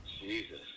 Jesus